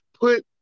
put